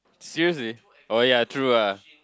seriously oh ya true ah